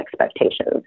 expectations